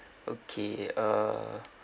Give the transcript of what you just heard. okay err